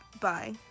bye